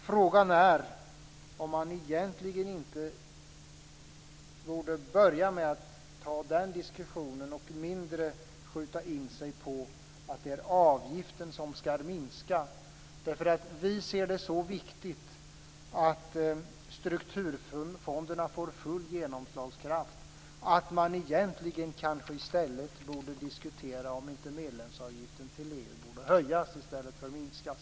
Frågan är om man egentligen inte borde börja med att ta den diskussionen och mindre skjuta in sig på att det är avgiften som skall minska. Vi ser det som så viktigt att strukturfonderna får full genomslagskraft att man egentligen kanske borde diskutera om inte medlemsavgiften till EU borde höjas i stället för att sänkas.